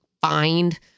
find